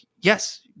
yes